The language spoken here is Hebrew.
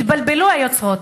התבלבלו היוצרות,